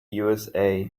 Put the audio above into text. usa